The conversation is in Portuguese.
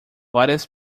várias